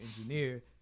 engineer